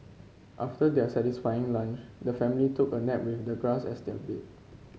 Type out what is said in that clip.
after their satisfying lunch the family took a nap with the grass as their bed